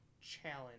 challenge